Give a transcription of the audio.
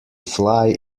fly